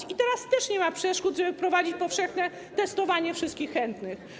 I teraz też nie ma przeszkód, żeby wprowadzić powszechne testowanie wszystkich chętnych.